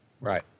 Right